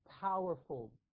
powerful